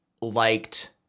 liked